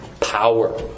power